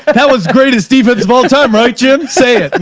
but that was greatest stevens of all time. right? jim say it. and